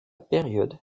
période